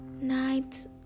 night